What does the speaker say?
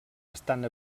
estant